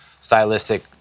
stylistic